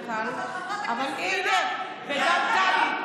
חברת הכנסת מירב, וגם טלי.